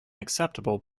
acceptable